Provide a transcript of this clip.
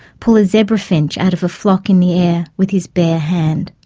pull a zebra finch out of a flock in the air with his bare hand.